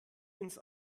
ins